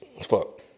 Fuck